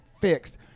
fixed